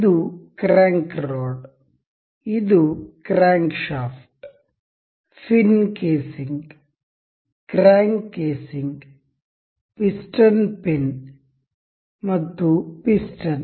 ಇದು crank rod ಇದು crank shaft fin casing crank casing piston pin ಮತ್ತು piston